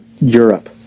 Europe